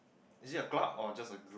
is it a club or just a group